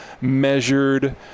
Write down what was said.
measured